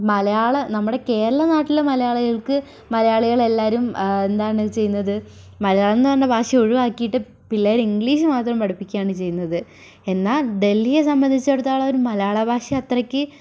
അപ്പം മലയാളം നമ്മുടെ കേരള നാട്ടിലെ മലയാളികൾക്ക് മലയാളികൾ എല്ലാവരും എന്താണ് ചെയ്യുന്നത് മലയാളംന്ന് പറയുന്ന ഭാഷയെ ഒഴിവാക്കിയിട്ട് പിള്ളേരെ ഇംഗ്ലീഷ് മാത്രം പഠിപ്പിക്കുകയാണ് ചെയ്യുന്നത് എന്നാൽ ഡെൽഹിയെ സംബന്ധിച്ചിടത്തോളം ഒരു മലയാള ഭാഷ അത്രക്ക്